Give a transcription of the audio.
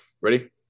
Ready